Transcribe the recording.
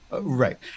Right